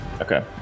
Okay